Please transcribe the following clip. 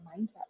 mindset